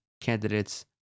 candidates